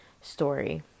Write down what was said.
story